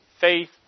faith